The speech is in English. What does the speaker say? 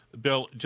Bill